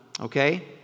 okay